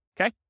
Okay